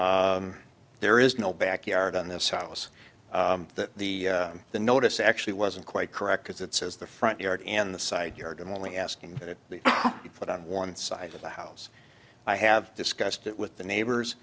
there is no backyard on this house that the the notice actually wasn't quite correct because it says the front yard and the side yard i'm only asking that it be put on one side of the house i have discussed it with the neighbors